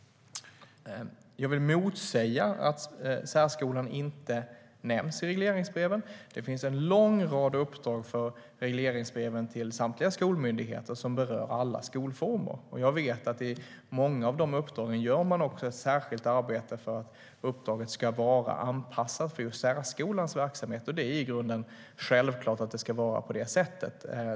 Jag vill motsäga att särskolan inte nämns i regleringsbreven. Det finns en lång rad uppdrag i regleringsbreven till samtliga skolmyndigheter som berör alla skolformer. Jag vet att i många av dessa uppdrag gör man ett särskilt arbete för att uppdraget ska vara anpassat för just särskolans verksamhet. Det är i grunden självklart att det ska vara på det sättet.